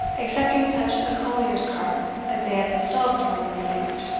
excepting such a collier's cart as they had themselves formerly used,